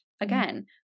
again